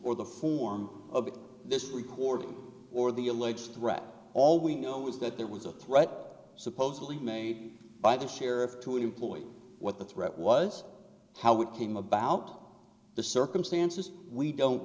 or the form of this recording or the alleged threat all we know was that there was a threat supposedly made by the sheriff to an employee what the threat was how it came about the circumstances we don't